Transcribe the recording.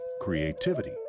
creativity